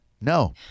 No